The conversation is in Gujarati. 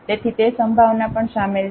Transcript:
તેથી તે સંભાવના પણ શામેલ છે